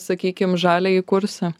sakykim žaliąjį kursą